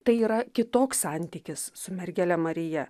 tai yra kitoks santykis su mergele marija